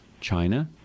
China